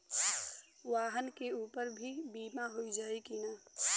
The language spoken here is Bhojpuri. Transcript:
वाहन के ऊपर भी बीमा हो जाई की ना?